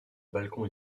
balcon